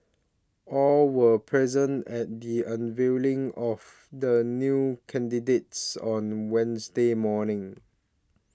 all were present at the unveiling of the new candidates on Wednesday morning